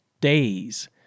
days